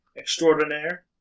extraordinaire